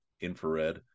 infrared